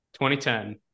2010